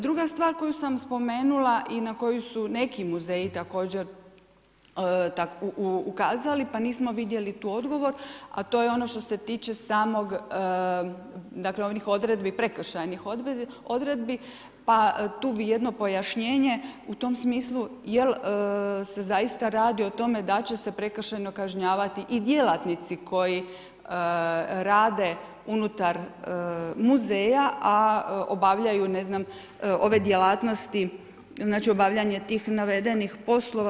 Druga stvar, koju sam spomenula i na koju sam neki muzeji, također ukazali, pa nismo vidjeli tu odgovor, a to je ono što se tiče samog, dakle, onih odredbi, prekršajnih odredbi, pa tu bi jedno pojašnjenje, u tom smislu, dal se zaista radi o tome da će se prekršajno kažnjavati i djelatnici koji rade unutar muzeja a obavljaju, ne znam, ove djelatnosti, znači tih obavljanja tih navedenih poslova.